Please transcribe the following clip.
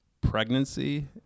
pregnancy